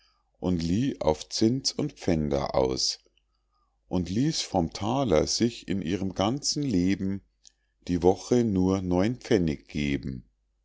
und lieh auf zins und pfänder aus und ließ vom thaler sich in ihrem ganzen leben die woche nur neun pfennig geben